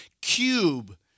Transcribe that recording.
cube